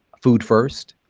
food first,